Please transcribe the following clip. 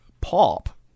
pop